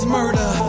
murder